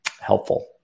Helpful